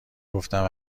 گفتم